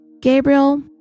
Gabriel